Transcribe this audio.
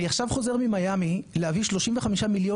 אני עכשיו חוזר ממיאמי להביא 35 מיליון